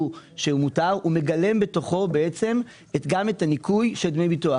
והוא יחול על דמי ביטוח